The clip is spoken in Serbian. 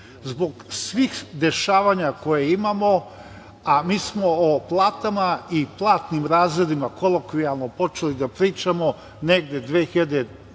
Zbog svih dešavanja koja imamo, a mi smo o platama i platnim razredima kolokvijalno počeli da pričamo negde 2014,